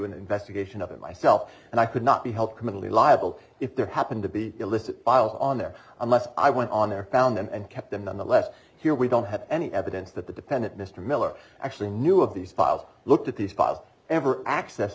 an investigation of it myself and i could not be helped criminally liable if there happened to be illicit files on there unless i went on there found them and kept them nonetheless here we don't have any evidence that the dependent mr miller actually knew of these files looked at these